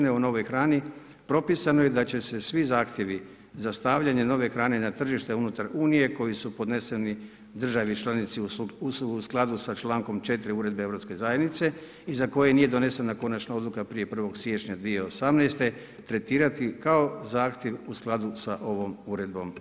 novoj hrani propisano je da će se svi zahtjevi za stavljanje nove hrane na tržište unutar unije koji su podneseni državi članici u skladu sa člankom 4. uredbe Europske zajednice i za koje nije donesena konačna odluka prije 1. siječnja 2018. tretirati kao zahtjev u skladu sa ovom uredbom.